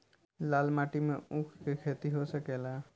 लाल माटी मे ऊँख के खेती हो सकेला?